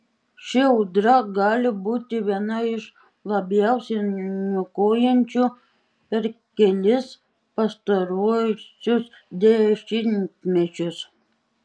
ši audra gali būti viena iš labiausiai niokojančių per kelis pastaruosius dešimtmečius